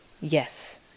Yes